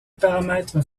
paramètres